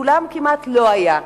כמעט לכולם לא היה,